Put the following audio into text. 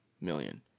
million